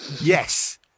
Yes